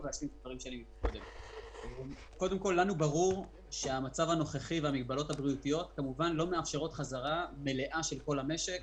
לנו ברור שהמגבלות הבריאותיות לא מאפשרות חזרה מלאה של כל המשק.